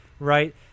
Right